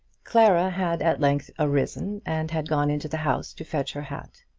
clara had at length arisen, and had gone into the house to fetch her hat.